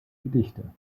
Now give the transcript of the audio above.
gedichte